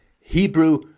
Hebrew